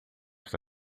está